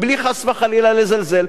בלי חס וחלילה לזלזל,